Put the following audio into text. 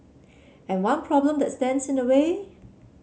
and one problem that stands in the way